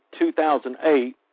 2008